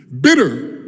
Bitter